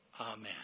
Amen